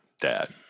dad